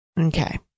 Okay